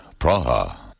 Praha